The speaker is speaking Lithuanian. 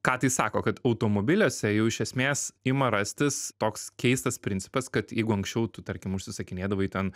ką tai sako kad automobiliuose jau iš esmės ima rastis toks keistas principas kad jeigu anksčiau tu tarkim užsisakinėdavai ten